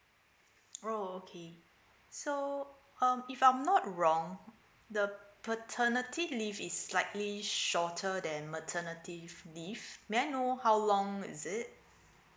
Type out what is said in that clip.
oh okay so um if I'm not wrong the paternity leave is slightly shorter than maternity leave may I know how long is it